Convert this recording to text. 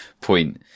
point